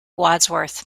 wadsworth